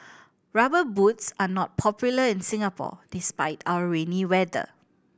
Rubber Boots are not popular in Singapore despite our rainy weather